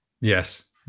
yes